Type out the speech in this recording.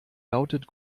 lautet